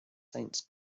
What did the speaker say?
saints